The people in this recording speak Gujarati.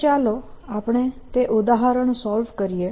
તો ચાલો આપણે તે ઉદાહરણ સોલ્વ કરીએ